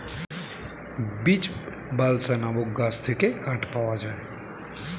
beech, balsa নামক গাছ থেকে কাঠ পাওয়া যায়